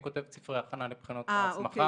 אני כותב את ספרי ההכנה לבחינות ההסמכה.